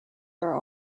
are